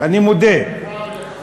לא צריך